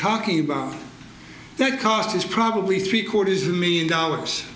talking about that cost is probably three quarters of a million dollars